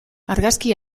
argazki